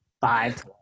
five